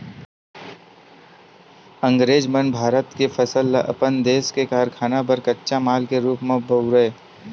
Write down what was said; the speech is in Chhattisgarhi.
अंगरेज मन भारत के फसल ल अपन देस के कारखाना बर कच्चा माल के रूप म बउरय